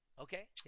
Okay